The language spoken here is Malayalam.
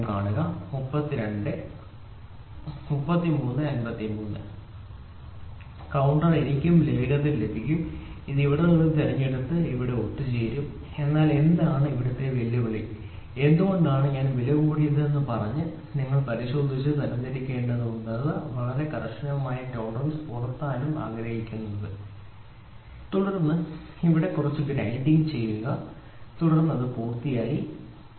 കൌണ്ടർ എനിക്കും വേഗത്തിൽ ലഭിക്കും എനിക്ക് ഇവിടെ നിന്ന് തിരഞ്ഞെടുത്ത് ഇവിടെ ഒത്തുചേരാം എന്നാൽ ഇവിടെ എന്താണ് വലിയ വെല്ലുവിളി എന്തുകൊണ്ടാണ് ഞാൻ വിലകൂടിയതെന്ന് പറഞ്ഞത് നിങ്ങൾ ആദ്യം പരിശോധിച്ച് തരംതിരിക്കേണ്ടതുണ്ട് വളരെ കർശനമായ ടോളറൻസ് പുലർത്താൻ ആഗ്രഹിക്കുന്നു തുടർന്ന് ഇവിടെ കുറച്ച് ഗ്രൈൻഡിങ് ചെയ്യുക തുടർന്ന് പൂർത്തിയാക്കുക ശരി